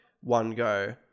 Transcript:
one-go